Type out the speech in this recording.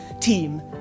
team